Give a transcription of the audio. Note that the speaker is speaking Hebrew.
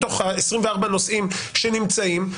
מתוך 24 הנושאים שנמצאים,